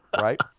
right